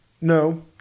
no